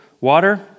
water